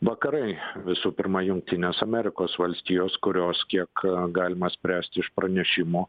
vakarai visų pirma jungtinės amerikos valstijos kurios kiek galima spręsti iš pranešimų